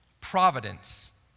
providence